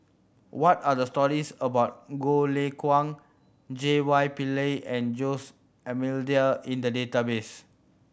what are the stories about Goh Lay Kuan J Y Pillay and Jose Almeida in the database